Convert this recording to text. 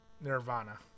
Nirvana